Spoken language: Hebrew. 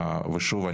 ושוב,